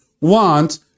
want